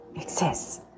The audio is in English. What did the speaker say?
exists